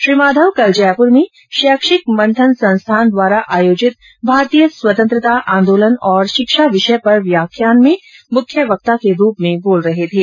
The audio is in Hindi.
श्री माधव कल जयपुर में शैक्षिक मंथन संस्थान द्वारा आयोजित भारतीय स्वतंत्रता आंदोलन और शिक्षा विषय पर व्याख्यान में मुख्य वक्ता के रूप में बोल रहे थे